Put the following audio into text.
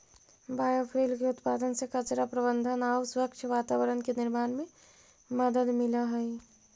biofuel के उत्पादन से कचरा प्रबन्धन आउ स्वच्छ वातावरण के निर्माण में मदद मिलऽ हई